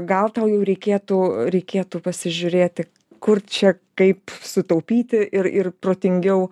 gal tau jau reikėtų reikėtų pasižiūrėti kur čia kaip sutaupyti ir ir protingiau